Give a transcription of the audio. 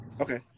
okay